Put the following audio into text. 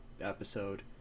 episode